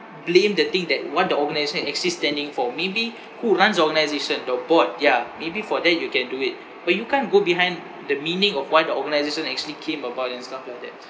blame the thing that what the organisation is actually standing for maybe who runs organisation the board ya maybe for that you can do it but you can't go behind the meaning of why the organisation actually came about and stuff like that